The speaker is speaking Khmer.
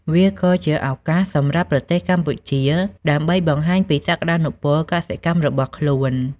វាក៏ជាឱកាសសម្រាប់ប្រទេសកម្ពុជាដើម្បីបង្ហាញពីសក្តានុពលកសិកម្មរបស់ខ្លួន។